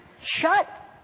shut